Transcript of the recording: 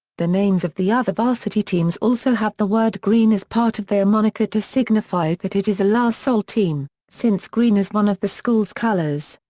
the names of the other varsity teams also have the word green as part of their moniker to signify that it is a la salle team, since green is one of the school's colors.